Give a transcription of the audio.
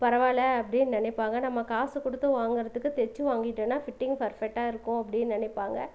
பரவாயில்ல அப்படின்னு நினைப்பாங்க நம்ம காசு கொடுத்து வாங்குகிறதுக்கு தைச்சு வாங்கிட்டோம்னா ஃபிட்டிங் பர்ஃபெக்டாக இருக்கும் அப்படின்னு நினைப்பாங்க